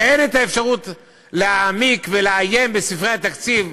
ואין אפשרות להעמיק ולעיין בספרי התקציב?